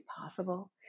possible